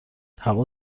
هوا